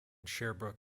sherbrooke